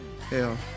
hell